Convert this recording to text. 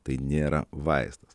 tai nėra vaistas